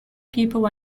people